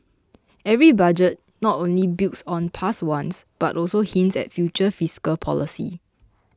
every budget not only builds on past ones but also hints at future fiscal policy